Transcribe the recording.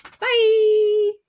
Bye